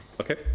Okay